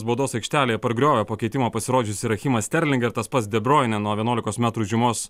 baudos aikštelėj pargriovė po keitimo pasirodžiusį rachimą sterlingą ir tas pats de bruyne nuo vienuolikos metrų žymos